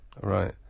Right